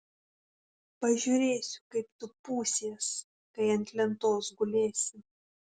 pažiūrėsiu kaip tu pūsies kai ant lentos gulėsi